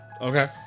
Okay